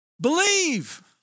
believe